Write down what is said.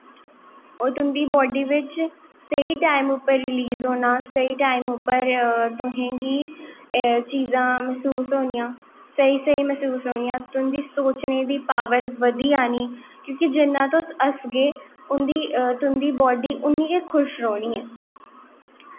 ओह् तुंदे बाड्डी बिच्च स्हेी टैम पर रलीज़ होनां स्हेई टैम उप्पर तुसेंगी चीज़ां मैह्सूस होनियां स्हेई स्हेई मैह्सूस होंनियां तुंदी सोचनें दी पॉवर बदी जानी क्योंकि जिन्नां तुस हस्सगे तुंदी बॉड्डी उन्नी गै खुश रौह्नीं ऐ